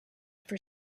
for